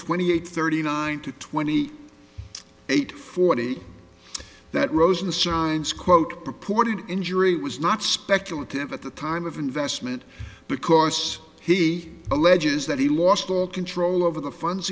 twenty eight thirty nine to twenty eight forty that rosen assigns quote purported injury was not speculative at the time of investment because he alleges that he lost all control over the funds